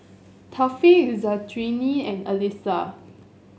Taufik Zulkarnain and Alyssa